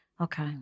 Okay